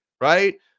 Right